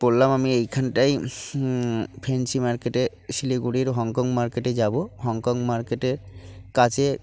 বললাম আমি এইখানটায় ফ্যান্সি মার্কেটে শিলিগুড়ির হংকং মার্কেটে যাব হংকং মার্কেটের কাছে